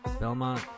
Belmont